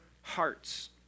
hearts